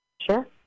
Sure